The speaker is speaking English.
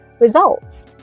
results